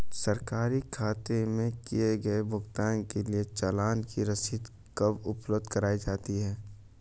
सरकारी खाते में किए गए भुगतान के लिए चालान की रसीद कब उपलब्ध कराईं जाती हैं?